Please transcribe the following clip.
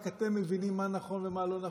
רק אתם מבינים מה נכון ומה לא נכון?